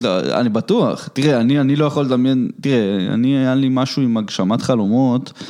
אני בטוח. תראה, אני לא יכול לדמיין... תראה, היה לי משהו עם הגשמת חלומות.